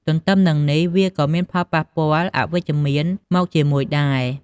ទទ្ទឹមនឹងនេះ វាក៏មានផលប៉ះពាល់អវិជ្ជមាន មកជាមួយដែរ។